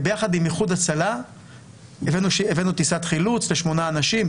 וביחד עם איחוד הצלה הבאנו טיסת חילוץ לשמונה אנשים,